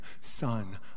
Son